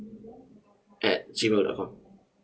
at G mail dot com